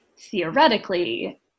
theoretically